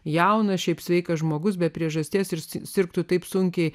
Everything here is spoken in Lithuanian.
jaunas šiaip sveikas žmogus be priežasties ir sirgtų taip sunkiai